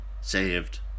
saved